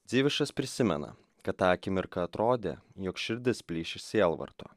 dzivišas prisimena kad tą akimirką atrodė jog širdis plyš iš sielvarto